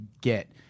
get